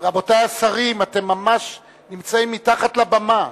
רבותי השרים, אתם ממש נמצאים מתחת לבמה.